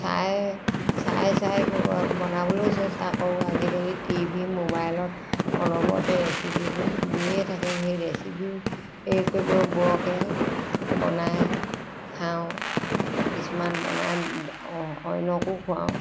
চাই চাই চাই কেৱল বনাবলৈও চেষ্টা কৰোঁ আজিকালি টি ভি ম'বাইলত অনবৰতে ৰেচিপিবোৰ দিয়ে থাকে সেই ৰেচিপি সেই একেবোৰকে বনাই খাওঁ কিছুমান বনাই অন্যকো খোৱাওঁ